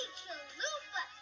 chalupa